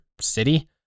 city